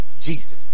Jesus